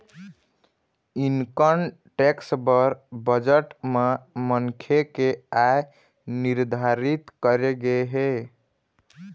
income tax बर budget म मनखे के आय निरधारित करे गे हे